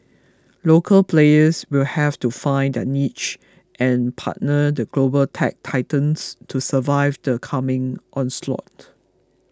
local players will have to find their niche and partner the global tech titans to survive the coming onslaught